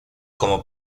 como